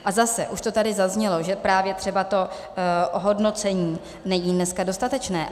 A zase, už to tady zaznělo, že právě třeba to ohodnocení není dneska dostatečné.